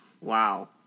Wow